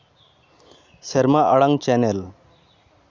ᱥᱮᱨᱢᱟ ᱟᱲᱟᱝ ᱪᱮᱱᱮᱞ